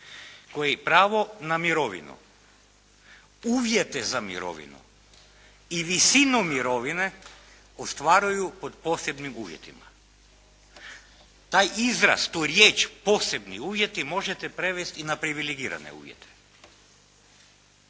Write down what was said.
koji pravo na mirovinu, uvjete za mirovinu i visinu mirovine ostvaruju pod posebnim uvjetima. Taj izraz, tu riječ posebni uvjeti možete prevesti i na privilegirane uvjete.